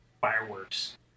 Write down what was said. fireworks